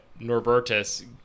Norbertus